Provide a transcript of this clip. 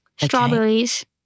strawberries